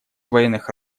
военных